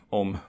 om